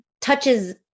touches